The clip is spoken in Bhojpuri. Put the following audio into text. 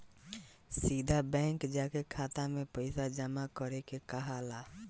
सीधा बैंक जाके खाता में पइसा जामा करे के कहाला